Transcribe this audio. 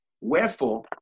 Wherefore